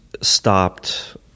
Stopped